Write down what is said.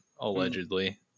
allegedly